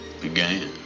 began